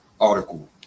article